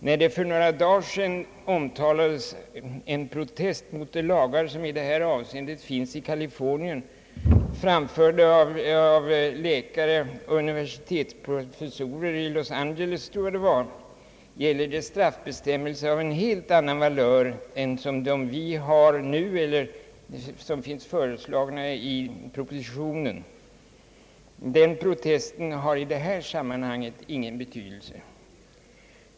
När det för några dagar sedan omtalades en protest mot de lagar i detta avseende som finns i Kalifornien — framförd av läkare och universitetsprofessorer i Los Angeles, tror jag — gällde det straffbestämmelser av en helt annan valör än dem som vi nu har eller som föreslagits i propositionen; den protesten har i detta sammanhang ingen betydelse.